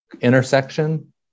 intersection